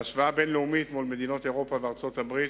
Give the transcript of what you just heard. בהשוואה בין-לאומית עם מדינות אירופה וארצות-הברית,